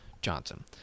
johnson